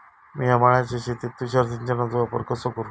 मिया माळ्याच्या शेतीत तुषार सिंचनचो वापर कसो करू?